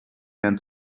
man